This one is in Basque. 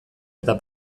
eta